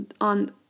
on